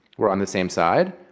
we're on the same side.